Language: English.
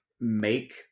make